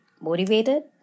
motivated